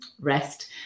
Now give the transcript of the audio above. rest